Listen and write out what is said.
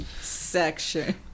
Section